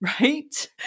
Right